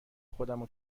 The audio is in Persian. خودمو